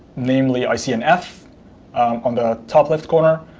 namely, i see an f on the top left corner.